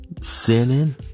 sinning